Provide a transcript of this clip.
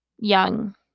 young